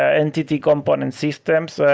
ah entity component systems.